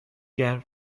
گرم